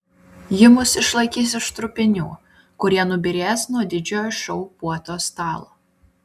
ji mus išlaikys iš trupinių kurie nubyrės nuo didžiojo šou puotos stalo